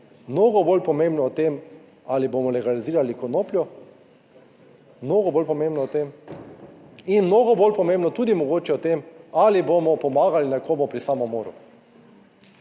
Mnogo bolj pomembno o tem ali bomo legalizirali konopljo, mnogo bolj pomembno o tem in mnogo bolj pomembno tudi mogoče o tem ali bomo pomagali nekomu pri samomoru.